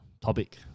Topic